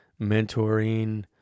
Mentoring